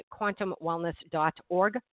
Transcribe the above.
quantumwellness.org